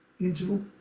interval